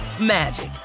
magic